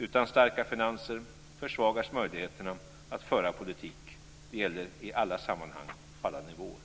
Utan starka finanser försvagas möjligheterna att föra politik. Det gäller i alla sammanhang på alla nivåer.